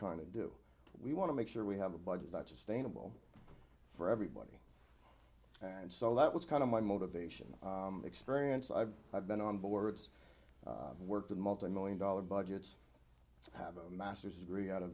trying to do we want to make sure we have a budget that sustainable for everybody and so that was kind of my motivation experience i've i've been on boards and worked on multi million dollar budgets i have a master's degree out of